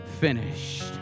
finished